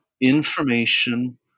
information